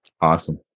Awesome